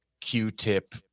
Q-tip